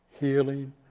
healing